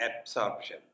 absorption